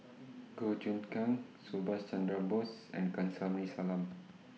Goh Choon Kang Subhas Chandra Bose and Kamsari Salam